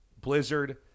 blizzard